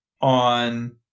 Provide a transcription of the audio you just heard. on